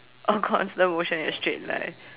a constant motion in a straight line